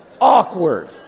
Awkward